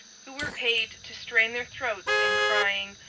who were paid to strain their throats in crying,